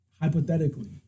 Hypothetically